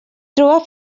trobar